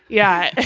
yeah.